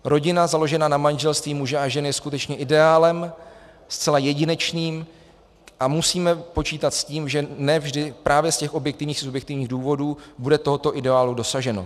Rodina založená na manželství muže a ženy je skutečně ideálem zcela jedinečným a musíme počítat s tím, že ne vždy právě z těch objektivních, subjektivních důvodů bude tohoto ideálu dosaženo.